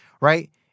right